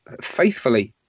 faithfully